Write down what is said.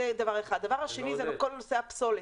דבר שני זה כל נושא הפסולת.